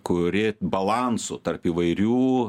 kuri balansu tarp įvairių